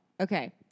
Okay